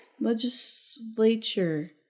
Legislature